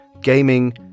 Gaming